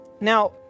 Now